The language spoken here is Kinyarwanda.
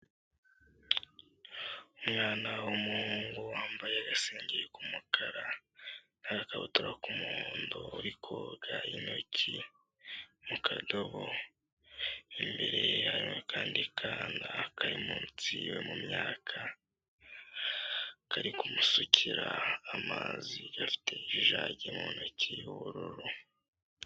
Umwana w'umuhungu wambaye agasengeri k'umukara n'akabutura k'umuhondo uri koga intoki mu kadobo, imbere ye hari akandi kana kari munsi yo mu myaka kari kumusukira amazi gafite ijagi mu ntoki y'ubururu.